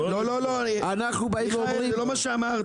לא, מיכאל, זה לא מה שאמרתי.